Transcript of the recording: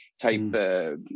type